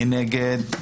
מי נגד?